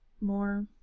more